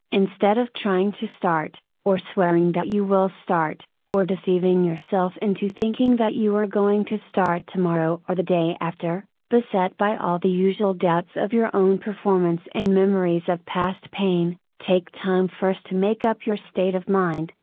instead of trying to start, or swearing that you will start, or deceiving yourself into thinking that you are going to start tomorrow or the day after, beset by all the usual doubts of your own performance and memories of past pain, take time first to make up your state of mind,